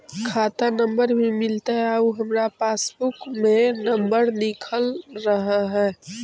खाता नंबर भी मिलतै आउ हमरा पासबुक में नंबर लिखल रह है?